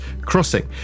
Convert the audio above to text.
crossing